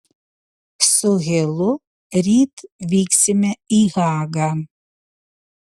su hilu ryt vyksime į hagą